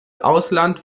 ausland